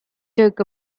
took